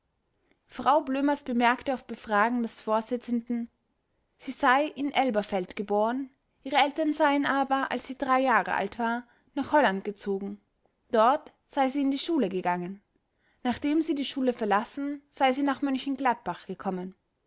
frau blömers bemerkte auf befragen des vorsitzenden zenden sie sei in elberfeld geboren ihre eltern seien aber als sie drei jahre alt war nach holland gezogen dort sei sie in die schule gegangen nachdem sie die schule verlassen sei sie nach m gladbach gekommen